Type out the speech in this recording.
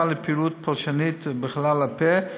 גישה לפעילות פולשנית בחלל הפה,